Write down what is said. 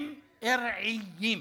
הם ארעיים.